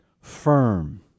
firm